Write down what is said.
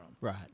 Right